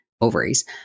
ovaries